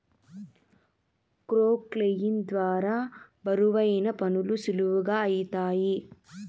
క్రొక్లేయిన్ ద్వారా బరువైన పనులు సులువుగా ఐతాయి